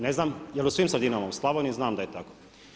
Ne znam jel u svim sredinama, u Slavoniji znam da je tako.